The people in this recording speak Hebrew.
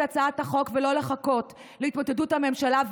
הצעת החוק ולא לחכות להתמוטטות הממשלה,